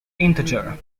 integer